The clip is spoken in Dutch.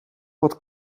wat